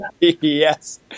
Yes